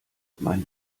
mein